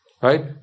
right